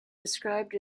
described